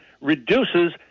reduces